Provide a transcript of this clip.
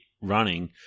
running